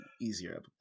easier